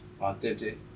authentic